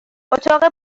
اتاق